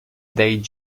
day